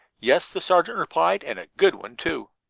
yes, the sergeant replied, and a good one, too.